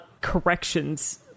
corrections